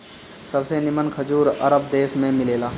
सबसे निमन खजूर अरब देश में मिलेला